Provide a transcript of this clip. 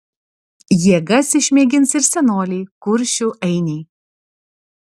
jėgas išmėgins ir senoliai kuršių ainiai